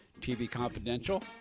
tvconfidential